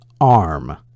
arm